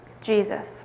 Jesus